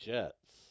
Jets